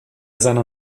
seiner